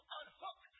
unhook